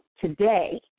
today